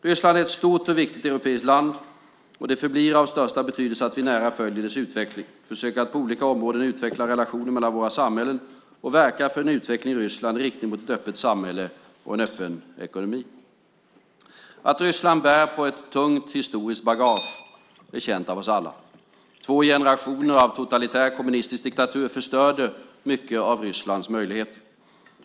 Ryssland är ett stort och viktigt europeiskt land, och det förblir av största betydelse att vi nära följer dess utveckling, försöker att på olika områden utveckla relationerna mellan våra samhällen och verka för en utveckling i Ryssland i riktning mot ett öppet samhälle och en öppen ekonomi. Att Ryssland bär på ett tungt historiskt bagage är känt av oss alla. Två generationer av en totalitär kommunistisk diktatur förstörde mycket av Rysslands möjligheter.